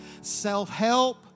self-help